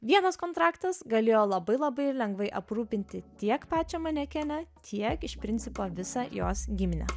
vienas kontraktas galėjo labai labai lengvai aprūpinti tiek pačią manekenę tiek iš principo visą jos giminę